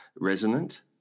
resonant